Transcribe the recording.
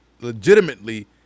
legitimately